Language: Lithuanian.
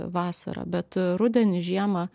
vasarą bet rudenį žiemą